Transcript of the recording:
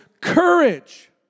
courage